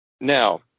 Now